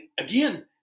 again